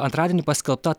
antradienį paskelbta